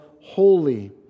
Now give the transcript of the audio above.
holy